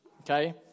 Okay